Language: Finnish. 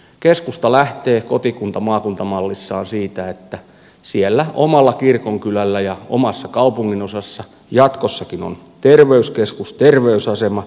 keskusta lähtee kotikuntamaakunta mallissaan siitä että siellä omalla kirkonkylällä ja omassa kaupunginosassa jatkossakin on terveyskeskus terveysasema